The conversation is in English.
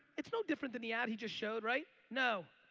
it's no different than the ad he just showed, right? no.